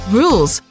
rules